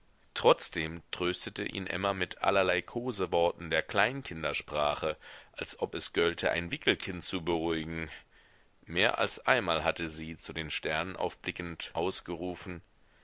trotzdem tröstete ihn emma mit allerlei koseworten der klein kindersprache als ob es gölte ein wickelkind zu beruhigen mehr als einmal hatte sie zu den sternen aufblickend ausgerufen